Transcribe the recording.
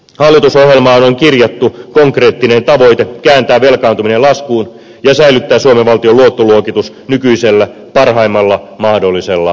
hallitusohjelmaan on kirjattu konkreettinen tavoite kääntää velkaantuminen laskuun ja säilyttää suomen valtion luottoluokitus nykyisellä parhaimmalla mahdollisella tasolla